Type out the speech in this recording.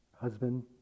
husband